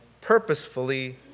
purposefully